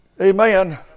Amen